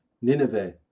Nineveh